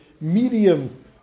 medium